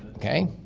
okay.